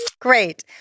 Great